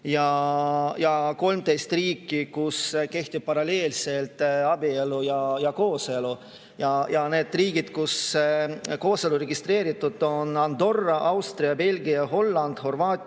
ja 13 riiki, kus kehtivad paralleelselt abielu ja kooselu. Need riigid, kus saab kooselu registreerida, on [Euroopas] Andorra, Austria, Belgia, Holland, Horvaatia,